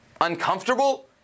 uncomfortable